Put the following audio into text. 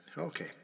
Okay